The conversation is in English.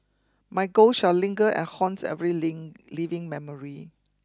my ghost shall linger and haunt live living memory